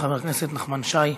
חבר הכנסת נחמן שי.